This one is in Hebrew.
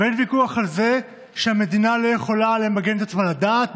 ואין ויכוח על זה שהמדינה לא יכולה למגן את עצמה לדעת,